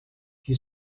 qui